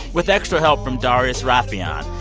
with extra help from darius rafieyan.